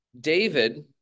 David